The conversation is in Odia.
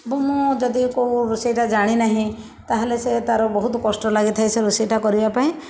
ଏବଂ ମୁଁ ଯଦି କେଉଁ ରୋଷେଇଟା ଜାଣି ନାହିଁ ତାହେଲେ ସେ ତାର ବହୁତ କଷ୍ଟ ଲାଗିଥାଏ ସେ ରୋଷେଇଟା କରିବା ପାଇଁ